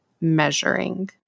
measuring